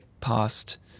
past